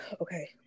okay